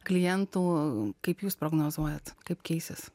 klientų kaip jūs prognozuojat kaip keisis